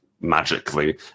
magically